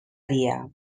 dia